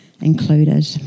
included